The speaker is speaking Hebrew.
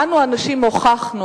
אנו הנשים הוכחנו